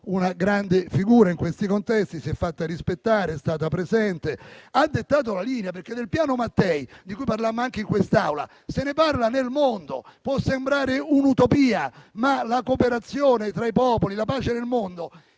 una grande figura in questi contesti, si è fatta rispettare, è stata presente, ha dettato la linea, perché del Piano Mattei, di cui parlammo anche in quest'Aula, si parla nel mondo, può sembrare un'utopia, ma la cooperazione tra i popoli, la pace nel mondo